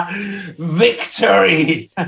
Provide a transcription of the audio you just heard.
Victory